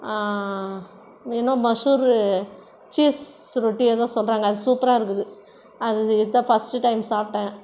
இன்னொ மசுரு சீஸ் ரொட்டி ஏதோ சொல்கிறாங்க அது சூப்பராக இருக்குது அது இப்போ தான் ஃபஸ்ட்டு டைம் சாப்பிட்டேன்